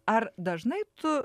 ar dažnai tu